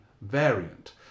variant